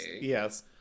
Yes